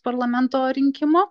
parlamento rinkimų